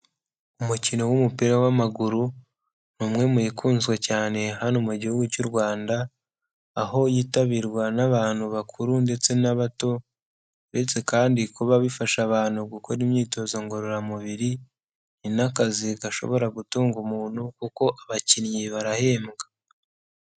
Umukino w'umupira w'amaguru, ni umwe mu ikunzwe cyane hano mu gihugu cy'u Rwanda, aho yitabirwa n'abantu bakuru ndetse n'abato, uretse kandi kuba bifasha abantu gukora imyitozo ngororamubiri, ni n'akazi gashobora gutunga umuntu kuko abakinnyi barahembwa.